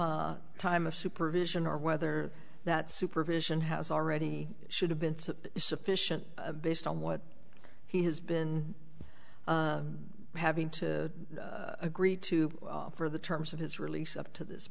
some time of supervision or whether that supervision has already should have been sufficient based on what he has been having to agree to for the terms of his release up to this